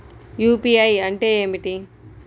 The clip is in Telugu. యూ.పీ.ఐ అంటే ఏమిటి?